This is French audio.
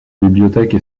bibliothèque